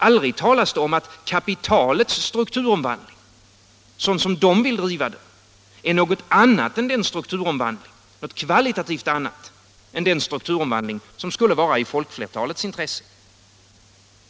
Aldrig talas det om att kapitalets strukturomvandling, sådan som kapitalet vill driva den, är något kvalitativt skilt från den strukturomvandling som skulle vara i folkets intresse.